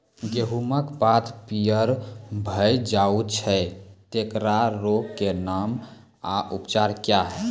गेहूँमक पात पीअर भअ जायत छै, तेकरा रोगऽक नाम आ उपचार क्या है?